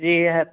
जी है